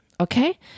Okay